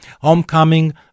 homecoming